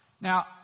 Now